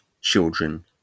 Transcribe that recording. children